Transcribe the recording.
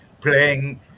playing